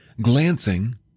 glancing